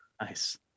nice